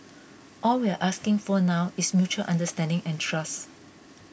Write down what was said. all we're asking for now is mutual understanding and trust